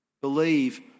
Believe